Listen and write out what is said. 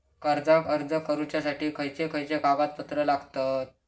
कर्जाक अर्ज करुच्यासाठी खयचे खयचे कागदपत्र लागतत